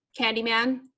Candyman